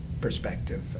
perspective